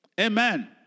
Amen